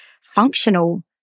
functional